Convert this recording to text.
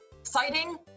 exciting